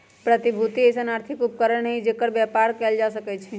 प्रतिभूति अइसँन आर्थिक उपकरण हइ जेकर बेपार कएल जा सकै छइ